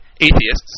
Atheists